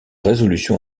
résolution